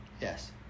Yes